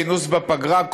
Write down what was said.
הכינוס בפגרה,